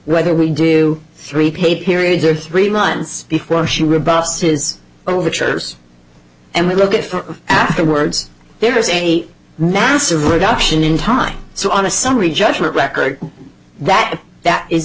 whether we do three pay periods or three months before she rebuffs is overtures and we look at for afterwards there is a massive reduction in time so on a summary judgment record that that is